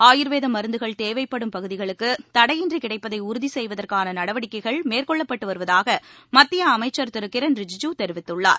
ஆயுர்வேத மருந்துகள் தேவைப்படும் பகுதிகளுக்கு தடையின்றி கிடைப்பதை உறுதி செய்வதற்கான நடவடிக்கைகள் மேற்கொள்ளப்பட்டு வருவதாக மத்திய அமைச்சர் திரு கிரண் ரிஜிஜு தெரிவித்துள்ளார்